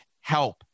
help